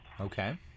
Okay